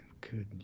good